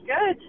good